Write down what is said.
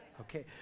Okay